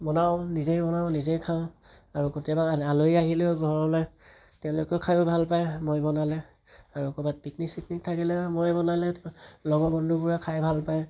বনাওঁ নিজেই বনাওঁ নিজেই খাওঁ আৰু কেতিয়াবা আলহী আহিলেও ঘৰলৈ তেওঁলোকেও খাইও ভাল পায় মই বনালে আৰু ক'ৰবাত পিকনিক চিকনিক থাকিলে মই বনালে লগৰ বন্ধুবোৰে খাই ভাল পায়